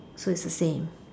so it's the same